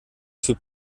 für